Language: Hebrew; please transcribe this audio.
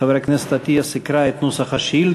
חבר הכנסת אטיאס יקרא את נוסח השאילתה.